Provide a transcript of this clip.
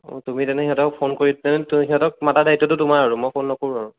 অঁ তুমি তেনে ইহঁতক ফোন কৰি সিহঁতক মতাৰ দায়িত্বটো তোমাৰ আৰু মই ফোন নকৰোঁ আৰু